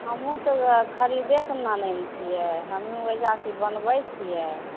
हमहुँ तऽ ओहए खरीद कऽ नहि आनै छियै हमहुँ एहिजा कि बनबै छियै